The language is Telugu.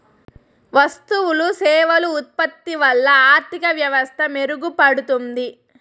వస్తువులు సేవలు ఉత్పత్తి వల్ల ఆర్థిక వ్యవస్థ మెరుగుపడుతుంది